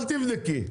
אל תבדקי,